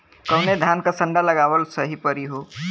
कवने धान क संन्डा लगावल सही परी हो?